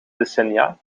decennia